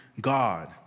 God